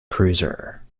cruiser